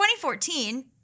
2014